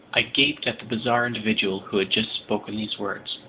i gaped at the bizarre individual who had just spoken these words.